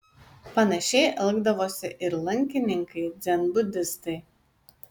panašiai elgdavosi ir lankininkai dzenbudistai